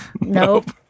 Nope